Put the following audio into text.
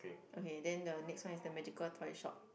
okay then the next one is the magical toy shop